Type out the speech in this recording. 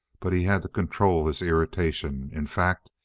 but he had to control his irritation. in fact,